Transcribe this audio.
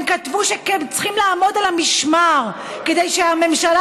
הם כתבו שצריכים לעמוד על המשמר כדי שהממשלה